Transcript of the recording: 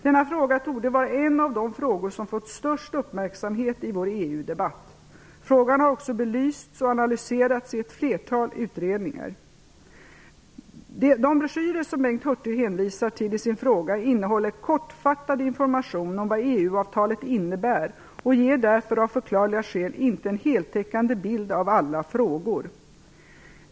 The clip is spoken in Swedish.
Denna fråga torde vara en av de frågor som fått störst uppmärksamhet i vår EU-debatt. Frågan har också belysts och analyserats i ett flertal utredningar. De broschyrer som Bengt Hurtig hänvisar till i sin fråga innehåller kortfattad information om vad EU avtalet innebär och ger därför av förklarliga skäl inte en heltäckande bild av alla frågor.